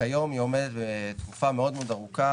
וכיום היא עומדת תקופה מאוד מאוד ארוכה